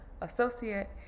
associate